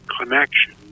connection